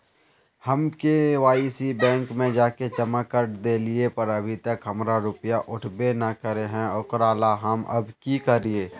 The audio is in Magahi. हम के.वाई.सी बैंक में जाके जमा कर देलिए पर अभी तक हमर रुपया उठबे न करे है ओकरा ला हम अब की करिए?